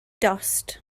dost